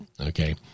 Okay